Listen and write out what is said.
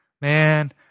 man